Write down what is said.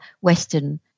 western